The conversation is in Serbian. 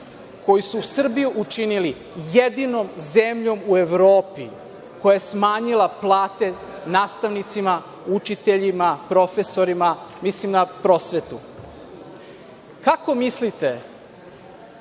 koji su Srbiju učinili jedinom zemljom u Evropi koja je smanjila plate nastavnicima, učiteljima, profesorima, mislim na prosvetu. Kako mislite